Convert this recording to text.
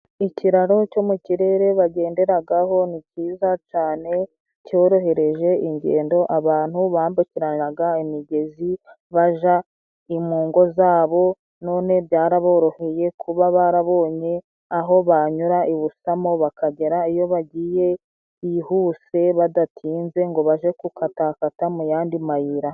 Ikiraro cyo mu kirere bagenderagaho ni cyiza cane cyorohereje ingendo abantu bambukiranyaga imigezi baja mu ngo zabo none byaraboroheye kuba barabonye aho banyura i busamo bakagera iyo bagiye byihuse badatinze ngo baje gukatakata mu yandi mayira.